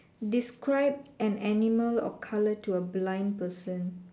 describe an animal or colour to a blind person